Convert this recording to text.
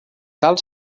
cal